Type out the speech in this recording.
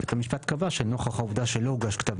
בית המשפט קבע שנוכח העובדה שלא הוגש כתב